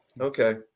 Okay